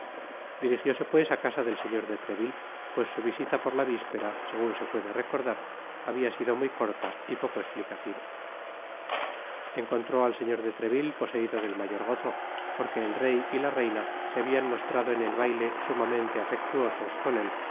dirigióse pues á casa del señor de treville pues su visita por la vispera segun se puede recordar habia sido muy corta y poco esplicativa encontró al señor de trevilte poseido del mayor gozo porque el rey y la reina se habian mostrado en el baile sumamente afectuosos con él